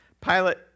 Pilate